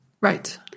Right